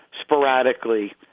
sporadically